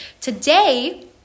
Today